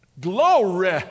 Glory